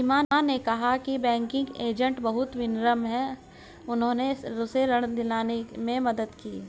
सीमा ने कहा कि बैंकिंग एजेंट बहुत विनम्र हैं और उन्होंने उसे ऋण दिलाने में मदद की